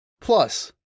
Plus